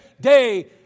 day